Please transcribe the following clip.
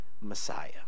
Messiah